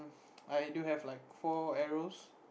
I do have like four arrows